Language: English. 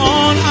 on